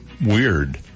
weird